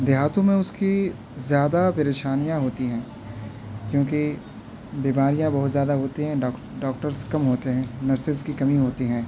دیہاتوں میں اس کی زیادہ پریشانیاں ہوتی ہیں کیونکہ بیماریاں بہت زیادہ ہوتی ہیں ڈاکٹرس کم ہوتے ہیں نرسز کی کمی ہوتی ہیں